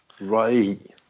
Right